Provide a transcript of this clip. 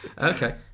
Okay